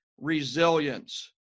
resilience